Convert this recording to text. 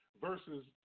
versus